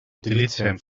utilitzen